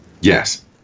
Yes